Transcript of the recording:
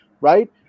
right